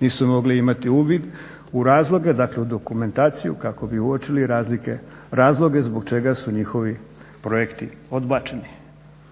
nisu mogli imati uvid u razloge, dakle u dokumentaciju kako bi uočili razloge zbog čega su njihovi projekti odbačeni.